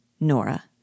Nora